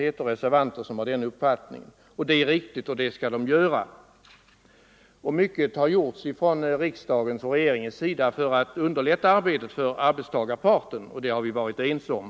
Det är riktigt att det förhåller 28 november 1974 sig på detta sätt, och så skall det även vara. Mycket har gjorts från riksdagens och regeringens sida för att underlätta arbetet för arbetstagar Åtgärder för att parten, och allt detta har vi varit ense om.